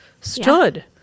stood